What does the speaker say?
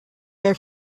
their